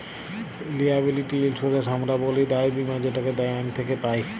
liability insurance হামরা ব্যলি দায় বীমা যেটাকে ব্যাঙ্ক থক্যে পাই